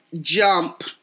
jump